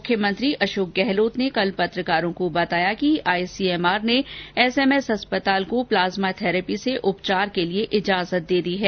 मुख्यमंत्री अशोक गहलोत ने कल पत्रकारों को बताया कि आईसीएमआर ने एसएमएस अस्पताल को प्लाज्मा थैरेपी से उपचार के लिए इजाजत दे दी है